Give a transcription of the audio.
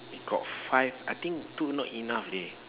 got five I think two not enough leh